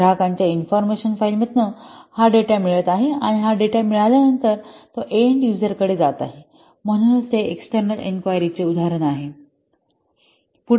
ग्राहकांच्या इन्फॉर्मेशन फाईलमधून हा डेटा मिळत आहे आणि डेटा मिळाल्यानंतर तो एन्ड यूजर कडे जात आहे म्हणूनच ते एक्सटर्नल इन्क्वायरीचे उदाहरण आहे